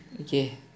okay